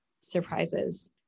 surprises